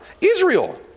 israel